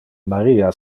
maria